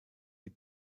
die